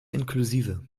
inklusive